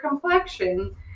complexion